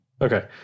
okay